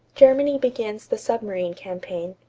germany begins the submarine campaign.